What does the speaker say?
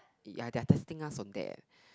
ya they are testing us on that leh